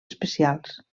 especials